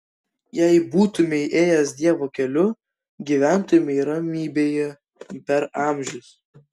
jei būtumei ėjęs dievo keliu gyventumei ramybėje per amžius